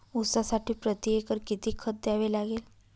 ऊसासाठी प्रतिएकर किती खत द्यावे लागेल?